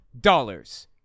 dollars